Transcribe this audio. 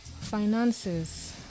finances